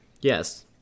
yes